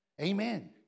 Amen